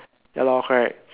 ya lor correct